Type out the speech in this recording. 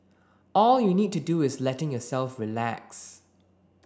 all you need to do is letting yourself relax